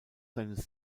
seinen